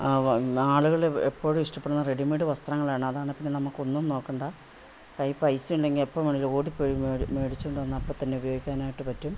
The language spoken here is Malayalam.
ആളുകൾ എപ്പോഴും ഇഷ്ടപ്പെടുന്നത് റെഡിമേഡ് വസ്ത്രങ്ങളാണ് അതാണേപ്പിന്നെ നമുക്ക് ഒന്നും നോക്കണ്ട കയ്യിൽ പൈസ ഉണ്ടെങ്കിൽ എപ്പം വേണേൽ ഓടിപ്പോയി മേടിച്ചോണ്ട് വന്ന് അപ്പം തന്നെ ഉപയോഗിക്കാനായിട്ട് പറ്റും